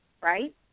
right